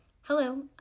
Hello